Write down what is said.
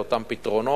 על אותם פתרונות.